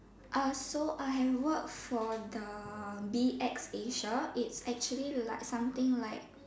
uh so I have work for the B X Asia it's actually like something like